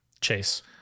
Chase